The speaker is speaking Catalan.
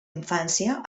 infància